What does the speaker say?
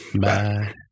Bye